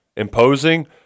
Imposing